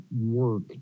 work